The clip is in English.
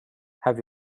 have